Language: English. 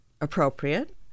appropriate